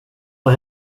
och